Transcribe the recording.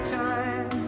time